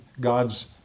God's